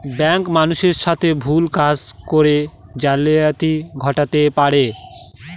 bank মানুষের সাথে ভুল কাজ করে জালিয়াতি ঘটাতে পারে